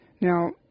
Now